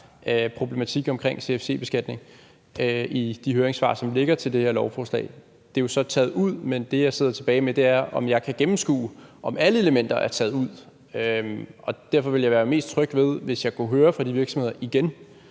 problematikken omkring CFC-beskatning i de høringssvar, som der ligger til det her lovforslag. Det er jo så taget ud, men det, jeg sidder tilbage med, er spørgsmålet, om jeg kan gennemskue, om alle elementer er taget ud. Derfor ville jeg være mest tryg ved det, hvis jeg kunne høre fra de virksomheder igen,